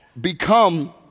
become